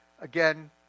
again